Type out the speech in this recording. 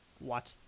watch